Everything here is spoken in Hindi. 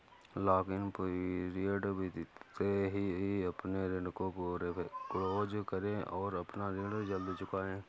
लॉक इन पीरियड बीतते ही अपने ऋण को फोरेक्लोज करे और अपना ऋण जल्द चुकाए